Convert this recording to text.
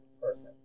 person